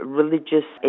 religious